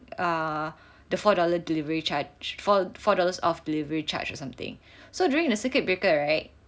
uh the four dollars delivery charge for four dollars off delivery charge or something so during the circuit breaker right